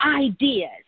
ideas